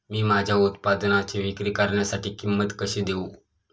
मी माझ्या उत्पादनाची विक्री करण्यासाठी किंमत कशी देऊ?